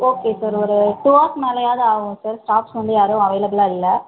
okay sir ஒரு two hours மேலேயாவது ஆகும் சார் ஸ்டாஃப்ஸ் வந்து யாரும் அவைளபுலாக இல்லை